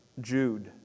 Jude